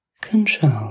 control